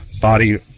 body